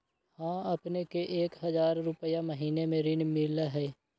हां अपने के एक हजार रु महीने में ऋण मिलहई?